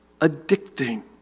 addicting